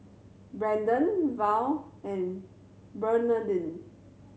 Brandon Val and Bernardine